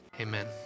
amen